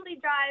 drive